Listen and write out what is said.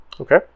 okay